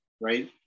right